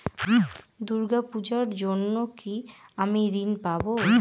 দূর্গা পূজার জন্য কি আমি ঋণ পাবো?